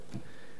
חבל מאוד